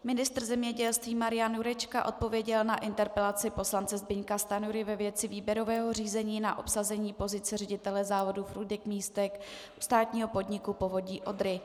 Ministr zemědělství Marian Jurečka odpověděl na interpelaci poslance Zbyňka Stanjury ve věci výběrového řízení na obsazení pozice ředitele závodu FrýdekMístek státního podniku Povodí Odry.